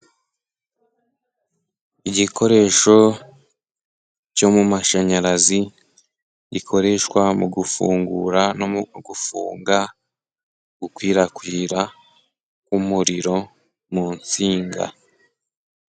Igikoresho cyo mu mashanyarazi gikoreshwa mu gufungura no gufunga, gukwirakwira k'umuriro mu nsinga.